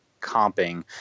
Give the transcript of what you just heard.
comping